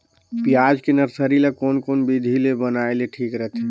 पियाज के नर्सरी ला कोन कोन विधि ले बनाय ले ठीक रथे?